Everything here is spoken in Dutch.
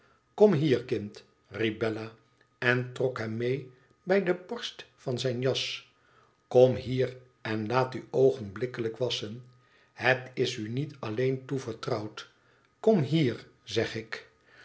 kom hier kind riep bella en trok hem mee bij de borst van zijn jas kom hier en laat u oogenblikkelijk wasschen het is u niet alleen toevertrouwd kom hier zeg ik